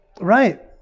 right